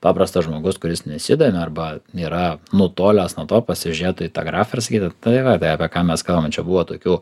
paprastas žmogus kuris nesidomi arba yra nutolęs nuo to pasižiūrėtų į tą grafą ir sakytų tai va tai apie ką mes kalbam čia buvo tokių